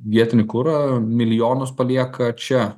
vietinį kurą milijonus palieka čia